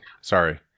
Sorry